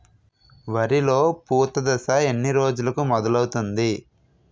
వరిలో పూత దశ ఎన్ని రోజులకు మొదలవుతుంది?